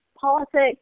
politics